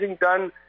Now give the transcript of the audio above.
done